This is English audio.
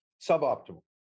suboptimal